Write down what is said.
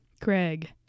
Craig